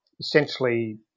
essentially